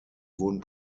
wurden